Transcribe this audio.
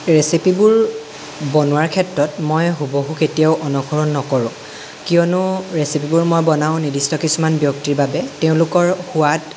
ৰেচিপিবোৰ বনোৱাৰ ক্ষেত্ৰত মই হুবহু কেতিয়াও অনুসৰণ নকৰোঁ কিয়নো ৰেচিপিবোৰ মই বনাওঁ নিদিৰ্ষ্ট কিছুমান ব্যক্তিৰ বাবে তেওঁলোকৰ সোৱাদ